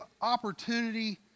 opportunity